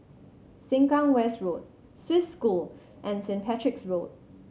Sengkang West Road Swiss School and Saint Patrick's Road